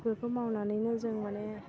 बेफोरखौ मावनानैनो जों माने